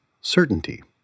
certainty